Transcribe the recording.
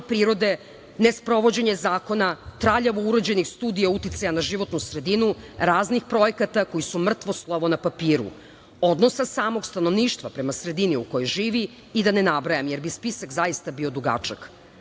prirode, nesprovođenje zakona, traljavo urađenih studija uticaja na životnu sredinu, raznih projekata koji su mrtvo slovo na papiru, odnosa samog stanovništva prema sredini u kojoj živi i da ne nabrajam, jer bi spisak zaista bio dugačak.S